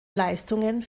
leistungen